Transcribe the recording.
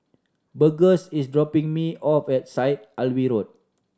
Burgess is dropping me off at Syed Alwi Road